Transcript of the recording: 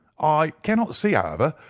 i cannot see, however,